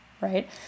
Right